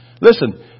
Listen